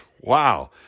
Wow